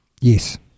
yes